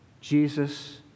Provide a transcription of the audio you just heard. Jesus